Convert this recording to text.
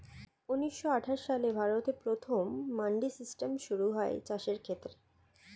ঊন্নিশো আটাশ সালে ভারতে প্রথম মান্ডি সিস্টেম শুরু হয় চাষের ক্ষেত্রে